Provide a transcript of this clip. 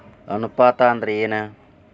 ಅನುಪಾತ ಅಂದ್ರ ಏನ್?